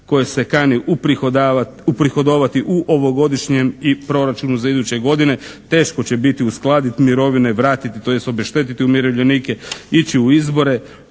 koje se kani uprihodovati u ovogodišnjem i proračunu za iduće godine. Teško će biti uskladiti mirovine, vratiti tj. obeštetiti umirovljenike, ići u izbore,